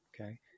Okay